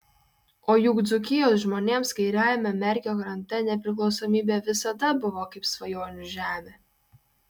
o juk dzūkijos žmonėms kairiajame merkio krante nepriklausomybė visada buvo kaip svajonių žemė